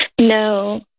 No